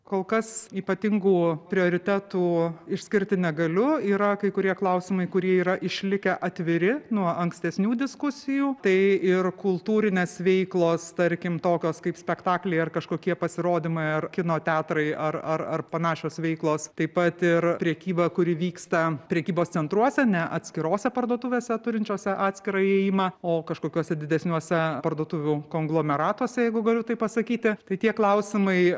kol kas ypatingų prioritetų išskirti negaliu yra kai kurie klausimai kurie yra išlikę atviri nuo ankstesnių diskusijų tai ir kultūrinės veiklos tarkim tokios kaip spektakliai ar kažkokie pasirodymai ar kino teatrai ar ar ar panašios veiklos taip pat ir prekyba kuri vyksta prekybos centruose ne atskirose parduotuvėse turinčiose atskirą įėjimą o kažkokiuose didesniuose parduotuvių konglomeratuose jeigu galiu taip pasakyti tai tie klausimai